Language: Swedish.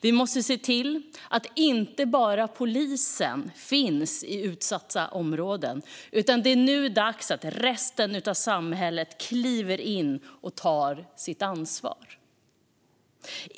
Vi måste inte bara se till att polisen finns i utsatta områden, utan det är nu dags att resten av samhället kliver in och tar sitt ansvar.